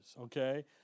okay